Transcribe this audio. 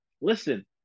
Listen